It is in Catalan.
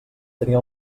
tenia